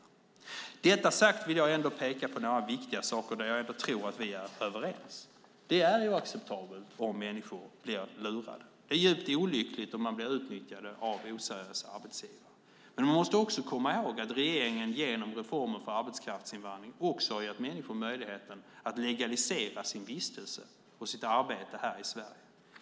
Med detta sagt vill jag ändå peka på några viktiga saker där jag tror att vi är överens. Det är oacceptabelt om människor blir lurade. Det är djupt olyckligt om man blir utnyttjad av oseriösa arbetsgivare. Men vi måste också komma ihåg att regeringen genom reformer för arbetskraftsinvandring har gett människor möjligheten att legalisera sin vistelse och sitt arbete här i Sverige.